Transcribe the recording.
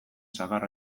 sagar